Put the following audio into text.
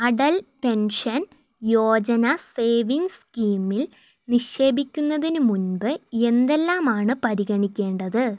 Atal pension Yojana savings സ്കീമിൽ നിക്ഷേപിക്കുന്നതിന് മുൻപ് എന്തെല്ലാമാണ് പരിഗണിക്കേണ്ടത്